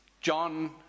John